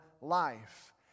life